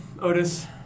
Otis